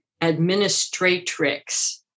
Administratrix